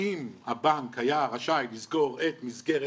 האם הבנק היה רשאי לסגור את מסגרת